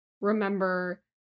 remember